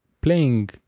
playing